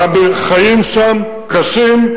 והחיים שם קשים,